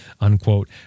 unquote